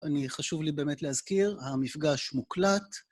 אני חשוב לי באמת להזכיר, המפגש מוקלט.